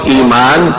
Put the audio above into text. iman